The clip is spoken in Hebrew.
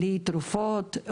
בלי תרופות,